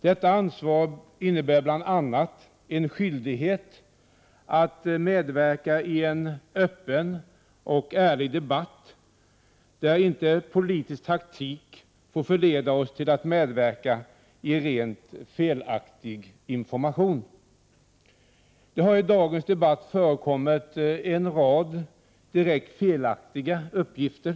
Detta ansvar innebär bl.a. en skyldighet att medverka i en öppen och ärlig debatt, där inte politisk taktik får förleda oss till att medverka i rent felaktig information. Det har i dagens debatt förekommit en rad direkt felaktiga uppgifter.